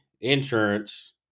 insurance